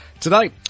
Today